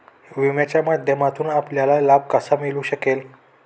विम्याच्या माध्यमातून आपल्याला लाभ कसा मिळू शकेल?